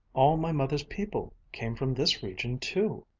all my mother's people came from this region too,